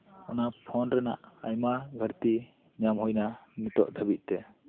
ᱚᱱᱟ ᱯᱷᱳᱱ ᱨᱮᱭᱟᱜ ᱟᱭᱢᱟ ᱜᱷᱟᱹᱴᱛᱤ ᱧᱟᱢ ᱦᱩᱭ ᱮᱱᱟ ᱱᱤᱛᱚᱜ ᱫᱷᱟᱹᱵᱤᱡ ᱛᱮ